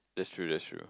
that's true that's true